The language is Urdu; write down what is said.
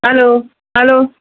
hello hello